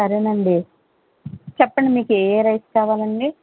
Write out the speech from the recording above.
సరేనండి చెప్పండి మీకు ఏ ఏ రైస్ కావాలండి